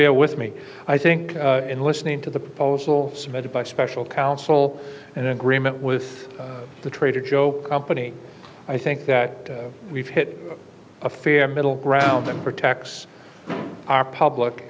bear with me i think in listening to the proposal submitted by special counsel and agreement with the trader joe company i think that we've hit a fair middle ground that protects our public